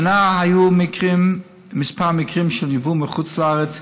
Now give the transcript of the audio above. השנה היו כמה מקרים של ייבוא ממדינות